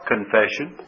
Confession